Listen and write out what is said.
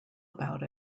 about